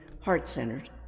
heart-centered